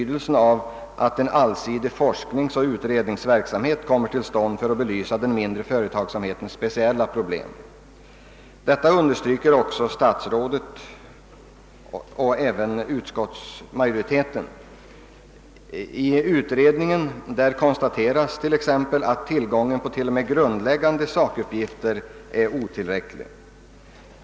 Detta understrykes också såväl av statsrådet som av utskottsmajoriteten. I utredningen konstateras bl.a. att t.o.m. tillgången på grundläggande sakuppgifter är otillräcklig.